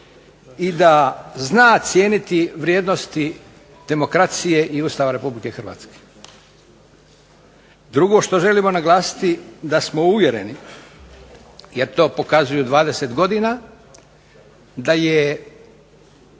i da zna cijeniti vrijednosti demokracije i Ustava Republike Hrvatske. Drugo što želimo naglasiti, da smo uvjereni jer to pokazuju 20 godina, da su